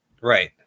right